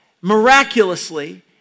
miraculously